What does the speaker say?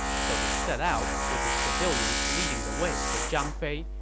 so they set out, with the civilians leading the way for zhang fei,